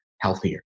healthier